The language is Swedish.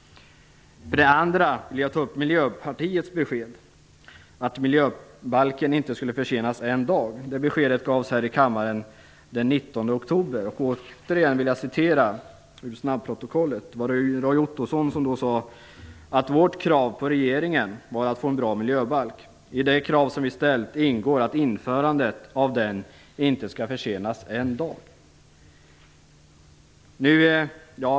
Jag vill också ta upp Miljöpartiets besked att miljöbalken inte skulle försenas en dag. Beskedet gavs här i kammaren den 19 oktober. Jag vill återigen citera ur snabbprotokollet. Roy Ottosson sade: Vårt krav på regeringen var att få en bra miljöbalk. I de krav som vi ställt ingår att införandet av den inte skall försenas en dag.